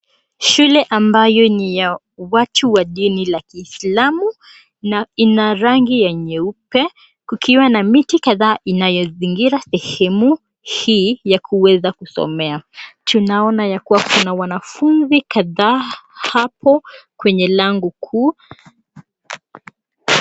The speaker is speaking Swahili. Shule ambayo ni ya watu wa dini la kiislamu, na ina rangi ya nyeupe kukiwa na miti kadhaa inayozingira sehemu hii ya kuweza kusomea. Tunaona ya kuwa kuna wanafunzi kadhaa hapo kwenye lango kuu.